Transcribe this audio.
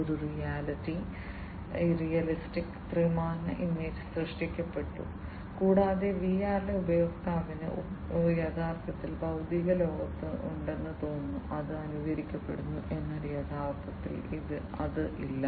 ഒരു റിയലിസ്റ്റിക് ത്രിമാന ഇമേജ് സൃഷ്ടിക്കപ്പെട്ടു കൂടാതെ VR ലെ ഉപയോക്താവിന് ഉപയോക്താവ് യഥാർത്ഥത്തിൽ ഭൌതിക ലോകത്ത് ഉണ്ടെന്ന് തോന്നുന്നു അത് അനുകരിക്കപ്പെടുന്നു എന്നാൽ യഥാർത്ഥത്തിൽ അത് ഇല്ല